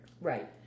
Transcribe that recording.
Right